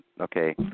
okay